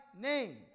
name